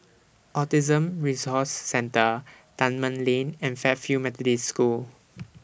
Autism Resource Centre Dunman Lane and Fairfield Methodist School